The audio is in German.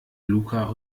luca